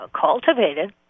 cultivated